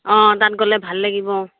অ তাত গ'লে ভাল লাগিব